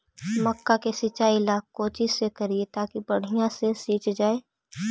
मक्का के सिंचाई ला कोची से करिए ताकी बढ़िया से सींच जाय?